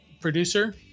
producer